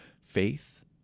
faith